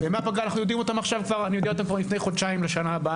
ואני יודע כבר עכשיו מה יהיו ימי הפגרה לשנה הבאה,